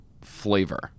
flavor